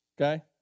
okay